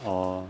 orh